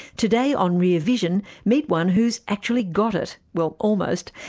today on rear vision, meet one who's actually got it, well almost,